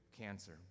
cancer